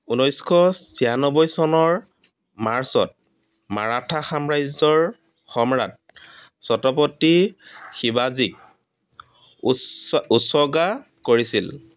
ঊনৈছশ ছয়ান্নব্বৈ চনৰ মাৰ্চত মাৰাঠা সাম্ৰাজ্যৰ সম্ৰাট ছত্ৰপতি শিৱাজীক উচ্চ উচৰ্গা কৰিছিল